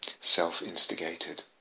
self-instigated